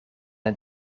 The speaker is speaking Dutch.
het